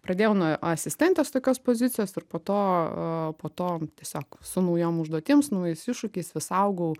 pradėjau nuo asistentės tokios pozicijos ir po to o po to tiesiog su naujom užduotim su naujais iššūkiais vis augau